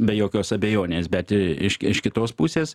be jokios abejonės bet iš iš kitos pusės